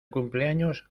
cumpleaños